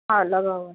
ہاں لگا ہوا